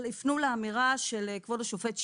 היפנו לאמירה של כבוד השופט שיף,